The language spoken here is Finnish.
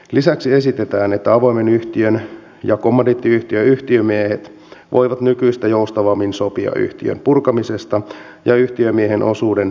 lisäksi esitetään että avoimen yhtiön ja kommandiittiyhtiön yhtiömiehet voivat nykyistä joustavammin sopia yhtiön purkamisesta ja yhtiömiehen osuuden lunastamisesta